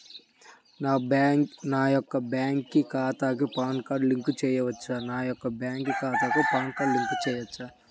నా యొక్క బ్యాంక్ ఖాతాకి పాన్ కార్డ్ లింక్ చేయవచ్చా?